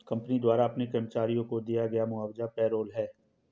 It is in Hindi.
कंपनी द्वारा अपने कर्मचारियों को दिया गया मुआवजा पेरोल है